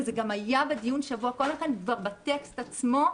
וזה גם היה בדיון שבוע קודם לכן כבר בטקסט עצמו.